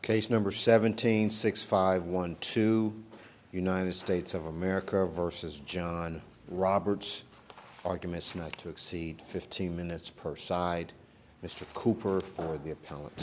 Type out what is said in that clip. case number seventeen six five one two united states of america versus john roberts arguments not to exceed fifteen minutes per side mr cooper for the